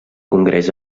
congrés